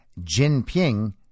Jinping